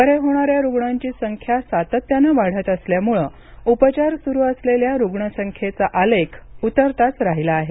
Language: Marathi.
बरे होणाऱ्या रुग्णांची संख्या सातत्यानं वाढत असल्यामुळे उपचार सुरू असलेल्या रुग्णसंख्येचा आलेख उतरताच राहिला आहे